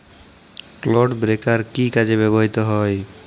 Clod breaker কি কাজে ব্যবহৃত হয়?